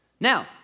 Now